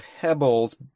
Pebbles